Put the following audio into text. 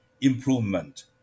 improvement